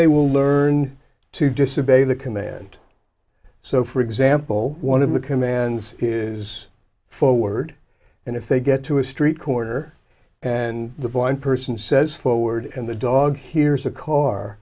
they will learn to disobey the command so for example one of the commands is forward and if they get to a street corner and the blind person says forward and the dog hears a car